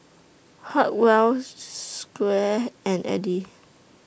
Hartwell Squire and Edie